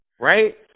right